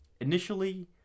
Initially